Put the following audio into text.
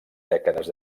dècades